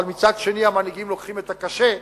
אבל מצד שני המנהיגים לוקחים את הקשה,